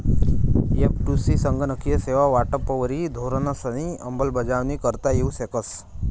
एफ.टु.सी संगणकीय सेवा वाटपवरी धोरणंसनी अंमलबजावणी करता येऊ शकस